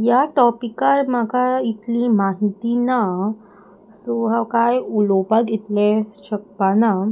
ह्या टॉपिकार म्हाका इतली म्हायती ना सो हांव कांय उलोवपाक इतले शकपाना